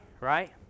right